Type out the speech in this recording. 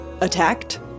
attacked